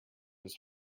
was